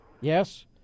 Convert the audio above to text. Yes